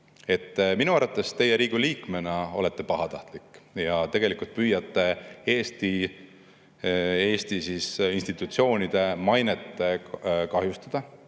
Minu arvates olete teie Riigikogu liikmena pahatahtlik ja tegelikult püüate Eesti institutsioonide mainet kahjustada